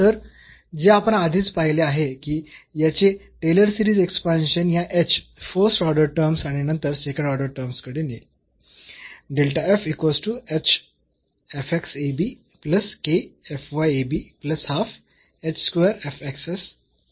तर जे आपण आधीच पाहिले आहे की याचे टेलर सीरिज एक्सपांशन या h फर्स्ट ऑर्डर टर्म्स आणि नंतर सेकंड ऑर्डर टर्म्स कडे नेईल